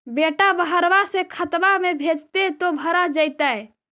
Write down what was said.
बेटा बहरबा से खतबा में भेजते तो भरा जैतय?